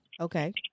Okay